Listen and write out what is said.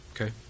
Okay